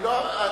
שמע,